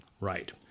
Right